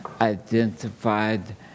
identified